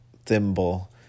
thimble